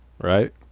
Right